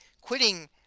quitting